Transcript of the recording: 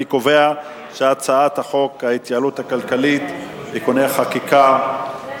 אני קובע שהצעת חוק ההתייעלות הכלכלית (תיקוני חקיקה ליישום התוכנית